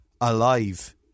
alive